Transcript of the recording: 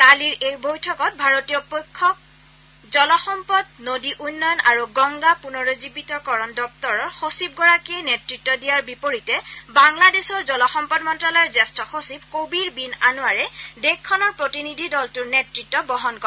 কালিৰ এই বৈঠকত ভাৰতীয় পক্ষক জলসম্পদ নদী উন্নয়ন আৰু গংগা পুনৰুজীৱিতকৰণ দপ্তৰৰ সচিবগৰাকীয়ে নেতৃত্ব দিয়াৰ বিপৰীতে বাংলাদেশৰ জলসম্পদ মন্তালয়ৰ জ্যেষ্ঠ সচিব কবীৰ বিন আনোৱাৰে দেশখনৰ প্ৰতিনিধি দলটোৰ নেতৃত্ব বহন কৰে